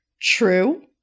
true